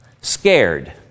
Scared